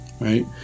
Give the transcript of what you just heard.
Right